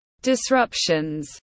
disruptions